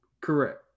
Correct